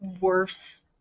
worse